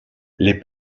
les